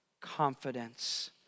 confidence